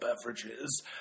beverages